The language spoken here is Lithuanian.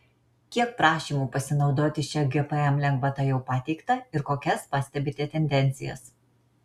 kiek prašymų pasinaudoti šia gpm lengvata jau pateikta ir kokias pastebite tendencijas